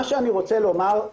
מה שאני רוצה לומר,